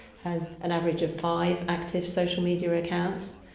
has an average of five active social media accounts.